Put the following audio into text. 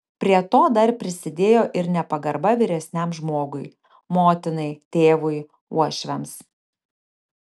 prie to dar prisidėjo ir nepagarba vyresniam žmogui motinai tėvui uošviams